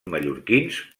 mallorquins